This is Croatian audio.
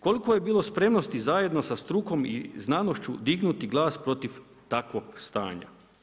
Koliko je bilo spremnosti zajedno sa strukom i znanošću dignuti glas protiv takvog stanja?